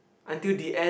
until the end